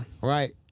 Right